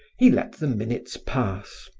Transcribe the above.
he let the minutes pass,